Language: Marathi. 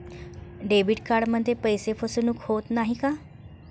डेबिट कार्डमध्ये पैसे फसवणूक होत नाही ना?